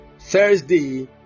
Thursday